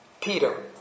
Peter